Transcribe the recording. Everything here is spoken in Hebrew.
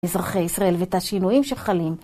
אזרחי ישראל ואת השינויים שחלים.